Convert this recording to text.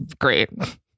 great